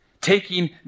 taking